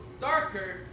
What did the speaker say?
darker